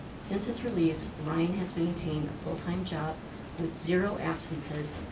since his release, ryan has maintained a full-time job with zero absences,